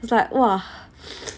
it's like !wah!